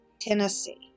Tennessee